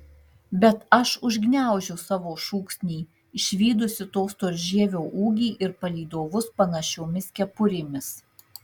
bet aš užgniaužiu savo šūksnį išvydusi to storžievio ūgį ir palydovus panašiomis kepurėmis